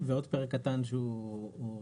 ועוד פרק קטן שהוא תוספת.